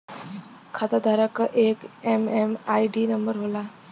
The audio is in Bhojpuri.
खाताधारक क एक एम.एम.आई.डी नंबर होला